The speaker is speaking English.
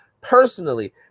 personally